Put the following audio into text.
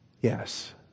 Yes